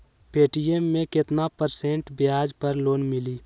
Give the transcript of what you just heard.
Paytm मे केतना percent ब्याज पर लोन मिली?